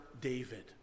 David